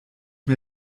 mir